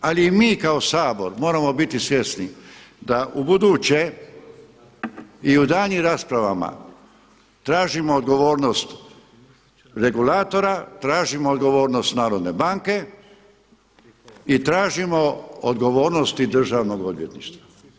Ali i mi kao Sabor moramo biti svjesni da ubuduće i u daljnjim raspravama tražimo odgovornost regulatora, tražimo odgovornost narodne banke i tražimo odgovornosti državnog odvjetništva.